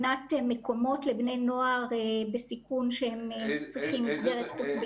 מקומות לבני נוער בסיכון שצריכים מסגרת חוץ ביתית.